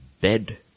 bed